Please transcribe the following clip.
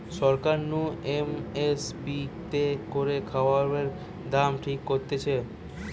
সরকার নু M S P তে করে খাবারের দাম ঠিক করতিছে